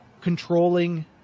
controlling